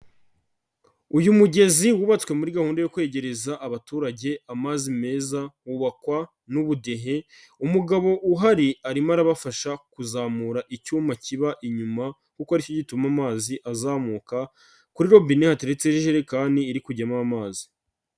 Uyu mugezi wubatswe muri gahunda yo kwegereza abaturage amazi meza, wubakwa n'ubudehe. Umugabo uhari, arimo arabafasha kuzamura icyuma kiba inyuma, kuko ari cyo gituma amazi azamuka. Kuri robine hateretse ijerekani iri kujyamo amazi.